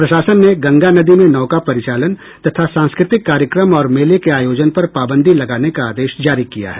प्रशासन ने गंगा नदी में नौका परिचालन तथा सांस्कृतिक कार्यक्रम और मेले के आयोजन पर पाबंदी लगाने का आदेश जारी किया है